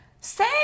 say